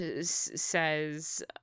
says